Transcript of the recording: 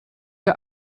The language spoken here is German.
der